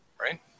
Right